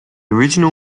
original